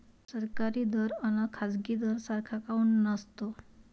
सरकारी दर अन खाजगी दर सारखा काऊन नसतो?